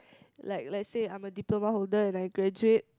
like like say I'm a diploma holder and I graduate